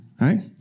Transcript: right